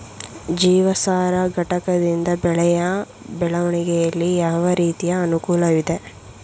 ಜೀವಸಾರ ಘಟಕದಿಂದ ಬೆಳೆಯ ಬೆಳವಣಿಗೆಯಲ್ಲಿ ಯಾವ ರೀತಿಯ ಅನುಕೂಲವಿದೆ?